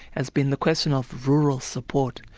has been the question of rural support,